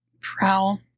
prowl